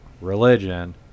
religion